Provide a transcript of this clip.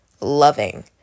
loving